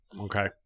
okay